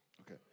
Okay